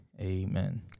amen